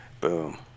Boom